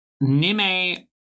Nime